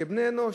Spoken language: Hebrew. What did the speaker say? כבני אנוש.